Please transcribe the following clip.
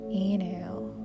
inhale